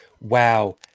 wow